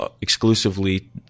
exclusively